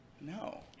No